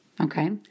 okay